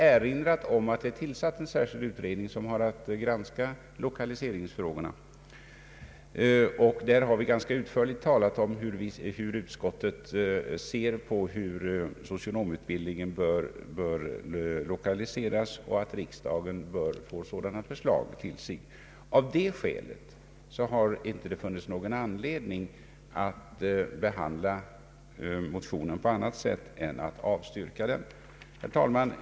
Det har tillsatts en särskild utredning, som har att granska lokaliseringsfrågorna. Vi har utförligt talat om hur utskottet ser på frågan om socionomutbildningens lokalisering och begärt förslag till riksdagen. Av det skä let har det inte funnits anledning att behandla motionen på annat sätt än att avstyrka den. Herr talman!